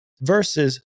versus